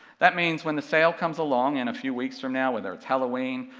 that means when the sale comes along in a few weeks from now, whether it's halloween,